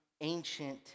ancient